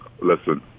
Listen